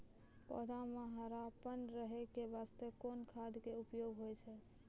पौधा म हरापन रहै के बास्ते कोन खाद के उपयोग होय छै?